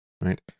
right